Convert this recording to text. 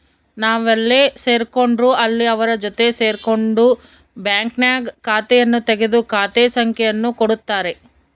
ನಾವೆಲ್ಲೇ ಸೇರ್ಕೊಂಡ್ರು ಅಲ್ಲಿ ಅವರ ಜೊತೆ ಸೇರ್ಕೊಂಡು ಬ್ಯಾಂಕ್ನಾಗ ಖಾತೆಯನ್ನು ತೆಗೆದು ಖಾತೆ ಸಂಖ್ಯೆಯನ್ನು ಕೊಡುತ್ತಾರೆ